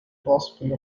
philosophy